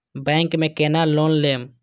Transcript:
Bank में केना loan लेम?